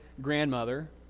grandmother